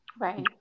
Right